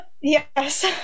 yes